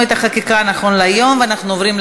בהסכמת המציעה להכפפה, הממשלה תומכת